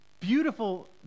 beautiful